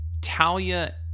Talia